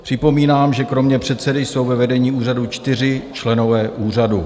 Připomínám, že kromě předsedy jsou ve vedení úřadu čtyři členové úřadu.